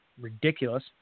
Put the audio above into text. ridiculous